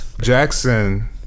Jackson